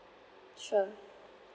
sure